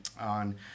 on